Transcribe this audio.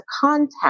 contact